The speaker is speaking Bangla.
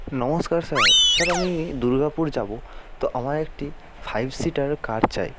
নমস্কার স্যার স্যার আমি দুর্গাপুর যাবো তো আমার একটি ফাইভ সিটার কার চাই